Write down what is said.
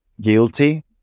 guilty